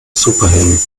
superhelden